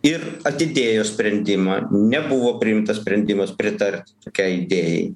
ir atidėjo sprendimą nebuvo priimtas sprendimas pritarti tokiai idėjai